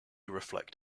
reflect